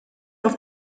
auf